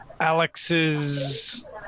Alex's